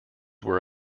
were